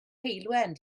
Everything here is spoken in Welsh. heulwen